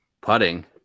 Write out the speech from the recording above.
putting